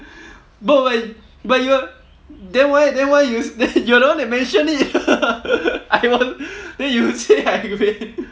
but but but you were then why then why you then you were the one that mentioned it I wasn't then you say I vain